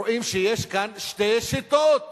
רואים שיש כאן שתי שיטות.